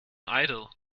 idol